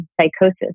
psychosis